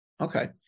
Okay